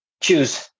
choose